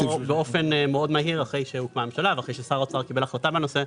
אחרי שהוקמה הממשלה ואחרי ששר האוצר קיבל החלטה בנושא,